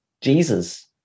Jesus